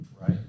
right